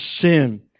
sin